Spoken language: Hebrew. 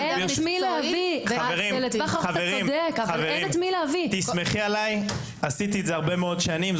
עשיתי את זה הרבה מאוד שנים,